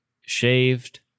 shaved